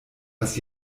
was